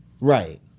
Right